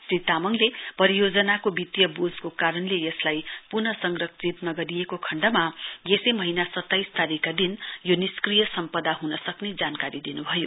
श्री तामङले परियोजनाको वित्तीय बोझको कारणले यसलाई पुनः संरचित नगरिएको खण्डमा यसै महीना सत्ताइस तारीक का दिन यो निस्क्रिय सम्पदा हुन सक्ने जानकारी दिनुभयो